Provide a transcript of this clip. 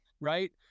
right